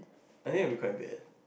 I think it will be quite bad